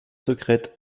secrète